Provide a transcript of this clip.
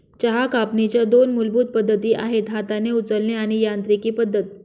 चहा कापणीच्या दोन मूलभूत पद्धती आहेत हाताने उचलणे आणि यांत्रिकी पद्धत